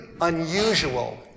unusual